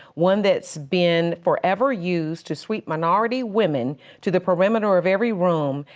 one that's been forever used to sweep minority women to the perimeter of every room,